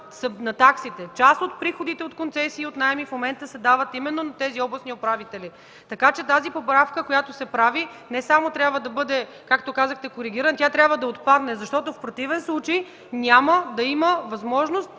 на таксите. Част от приходите от концесии и наеми в момента се дават именно на тези областни управители така, че тази поправка, която се прави, не само трябва да бъде както казахте коригирана, тя трябва да отпадне, защото в противен случай няма да има възможност